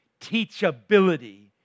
teachability